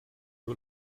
nur